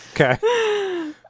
Okay